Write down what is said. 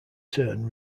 turn